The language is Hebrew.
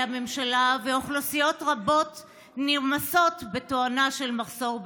הממשלה ואוכלוסיות רבות נרמסות בתואנה של מחסור בתקציב.